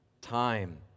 time